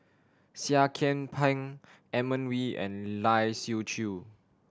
Seah Kian Peng Edmund Wee and Lai Siu Chiu